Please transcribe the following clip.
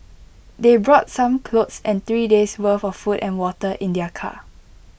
they brought some clothes and three days' worth of food and water in their car